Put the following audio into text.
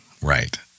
Right